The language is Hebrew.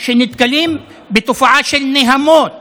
שנתקלים בתופעה של נהמות,